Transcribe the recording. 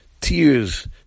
tears